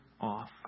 off